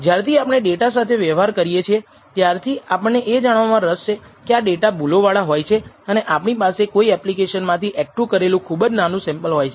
જ્યારથી આપણે ડેટા સાથે વ્યવહાર કરીએ છીએ ત્યારથી આપણને એ જાણવામાં રસ છે કે આ ડેટા ભૂલો વાળો હોય છે અને આપણી પાસે કોઈ એપ્લિકેશન માંથી એકઠુ કરેલું ખૂબ જ નાનું સેમ્પલ હોય છે